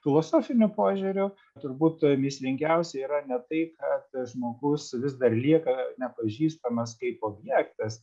filosofiniu požiūriu turbūt mįslingiausia yra ne tai kad žmogus vis dar lieka nepažįstamas kaip objektas